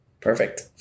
Perfect